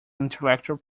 intellectual